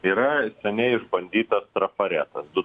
yra seniai išbandytas trafaretas du